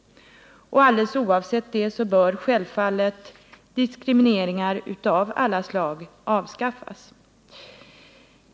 Och alldeles oavsett detta så bör självfallet diskriminering av alla slag avskaffas.